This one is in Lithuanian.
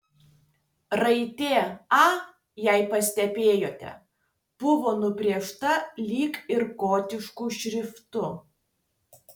raidė a jei pastebėjote buvo nubrėžta lyg ir gotišku šriftu